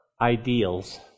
ideals